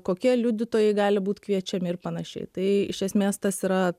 kokie liudytojai gali būt kviečiami ir panašiai tai iš esmės tas yra